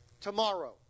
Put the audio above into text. tomorrow